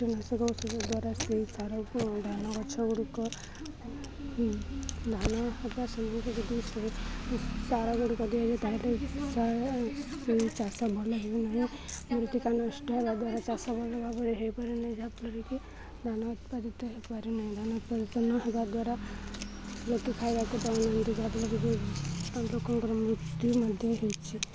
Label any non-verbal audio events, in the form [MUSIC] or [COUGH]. କୀଟନାଶକ ଔଷଧ ଦ୍ୱାରା ସେଇ [UNINTELLIGIBLE] ଧାନ ଗଛଗୁଡ଼ିକ ଧାନ ହେବା [UNINTELLIGIBLE] ସାର ଗୁଡ଼ିକ ଦିଆଯାଏ ତା ସେ ଚାଷ ଭଲ ହେଉ ନାହିଁ ଏ ଟଙ୍କା ନଷ୍ଟ ହେବା ଦ୍ୱାରା ଚାଷ ଭଲ ଭାବରେ ହେଇପାରେ ନାହିଁ ଯାହାଫଳରେ କି ଧାନ ଉତ୍ପାଦିତ ହେଇପାରେ ନାହିଁ ଧାନ ଉତ୍ପାଦନ ହେବା ଦ୍ୱାରା ଲୋକ ଖାଇବାକୁ ପାନ୍ତି ଯାହାଫଳରେ କି ଲୋକଙ୍କର ମୃତ୍ୟୁ ମଧ୍ୟ ହୋଇଛି